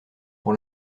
pour